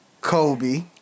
Kobe